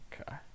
Okay